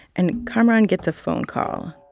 and kamaran gets a phone call.